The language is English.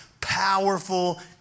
powerful